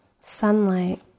sunlight